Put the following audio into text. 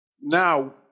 Now